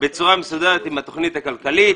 בצורה מסודרת עם התכנית הכלכלית,